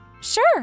Sure